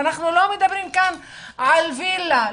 ואנחנו לא מדברים כאן על וילה,